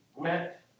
met